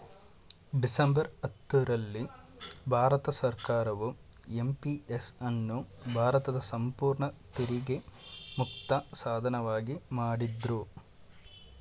December ಹತ್ತು ರಲ್ಲಿ ಭಾರತ ಸರ್ಕಾರವು ಎಂ.ಪಿ.ಎಸ್ ಅನ್ನು ಭಾರತದ ಸಂಪೂರ್ಣ ತೆರಿಗೆ ಮುಕ್ತ ಸಾಧನವಾಗಿ ಮಾಡಿದ್ರು